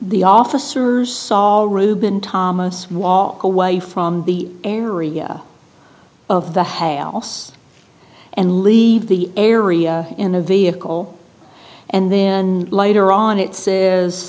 the officers saul reuben thomas wall away from the area of the hail and leave the area in a vehicle and then later on it